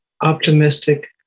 optimistic